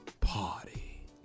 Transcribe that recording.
party